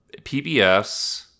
PBS